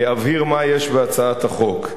אבהיר מה יש בהצעת החוק.